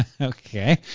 Okay